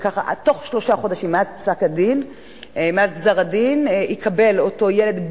תוך שלושה חודשים מאז גזר-הדין יקבל אותו ילד,